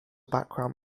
background